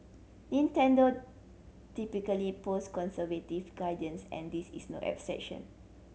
Nintendo typically post conservative guidance and this is no exception